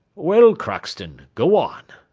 well, crockston, go on.